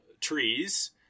trees